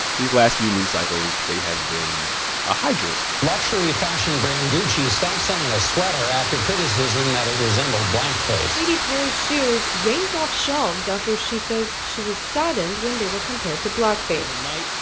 these last few news cycles, they have been a hydrant luxury fashion brand gucci stopped selling a sweater after criticism that it resembled blackface katy perry's shoes yanked off shelves after she says she was saddened when they were compared to blackface overnight,